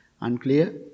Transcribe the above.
unclear